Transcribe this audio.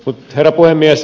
herra puhemies